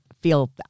feel